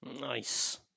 Nice